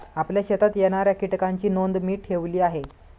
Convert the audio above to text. आपल्या शेतात येणाऱ्या कीटकांची नोंद मी ठेवली आहे